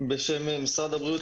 בשם משרד הבריאות,